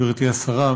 גברתי השרה,